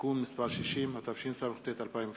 (תיקון מס' 60), התשס"ט 2009,